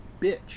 bitch